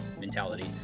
mentality